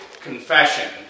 confession